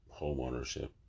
homeownership